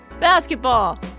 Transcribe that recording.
Basketball